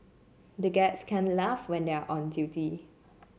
the gets can't laugh when they are on duty